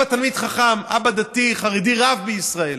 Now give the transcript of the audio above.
האבא תלמיד חכם, אבא דתי, חרדי, רב בישראל.